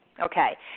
Okay